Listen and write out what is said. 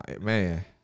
Man